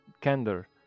candor